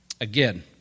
Again